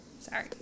Sorry